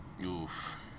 Oof